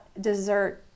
Dessert